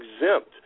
exempt